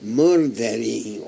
murdering